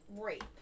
rape